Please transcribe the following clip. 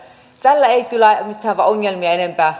tällä ei kyllä näitä ongelmia enempää